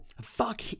Fuck